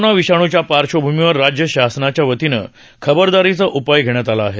corona विषाणूच्या पार्श्वभूमीवर राज्य शासनाच्या वतीनं ख रदारीचा उपाय घेण्यात आला आहे